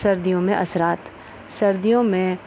سردیوں میں اثرات سردیوں میں